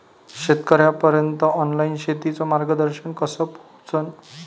शेतकर्याइपर्यंत ऑनलाईन शेतीचं मार्गदर्शन कस पोहोचन?